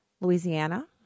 Louisiana